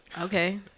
Okay